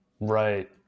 Right